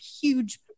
huge